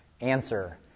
Answer